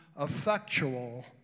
effectual